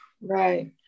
right